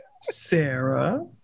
sarah